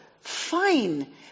fine